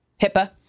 HIPAA